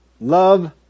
Love